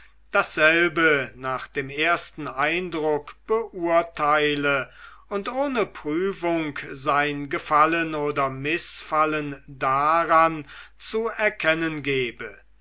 dasselbe nach dem ersten eindruck beurteile und ohne prüfung seinen gefallen oder mißfallen daran zu erkennen gebe